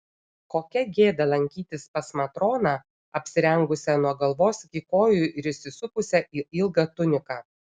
kokia gėda lankytis pas matroną apsirengusią nuo galvos iki kojų ir įsisupusią į ilgą tuniką